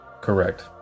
Correct